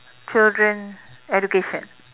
children education